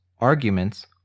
Arguments